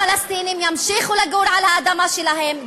הפלסטינים ימשיכו לגור על האדמה שלהם,